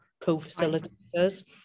co-facilitators